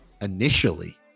initially